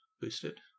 boosted